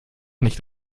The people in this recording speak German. nicht